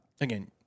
Again